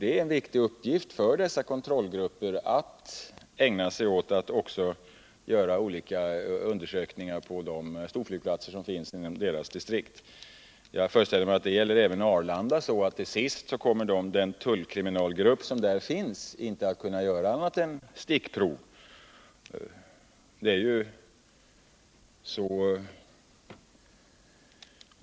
Det är en viktig uppgift för dessa kontrollgrupper att ägna sig åt att också göra olika undersökningar på de storflygplatser som finns inom deras distrikt. Jag föreställer mig att det gäller även Arlanda att den tullkriminalgrupp som där finns till sist inte kommer att kunna göra annat än stickprov.